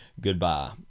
Goodbye